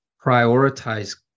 prioritize